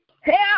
Help